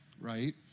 Right